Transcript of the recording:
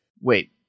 wait